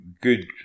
good